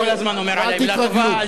לא, הוא כל הזמן אומר עלי מלה טובה.